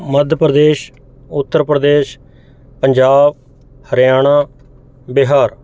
Madhya Pradesh Uttar Pradesh Punjab Haryana Bihar